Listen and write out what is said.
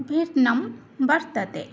भिन्नं वर्तते